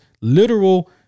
literal